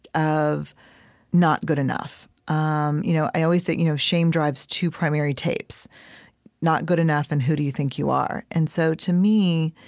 of not good enough. um you know, i always say that you know shame drives two primary tapes not good enough, and who do you think you are? and so to me,